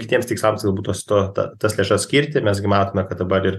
kitiems tikslams galbūt tos to ta tas lėšas skirti mes gi matome kad dabar ir